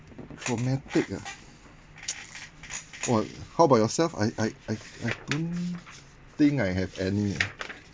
traumatic ah !wah! how about yourself I I I I don't think I have any ah